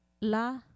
La